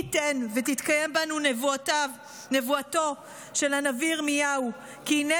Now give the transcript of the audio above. מי ייתן שתתקיים בנו נבואתו של הנביא ירמיהו: "כי הנה